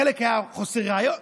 חלק היה מחוסר ראיות,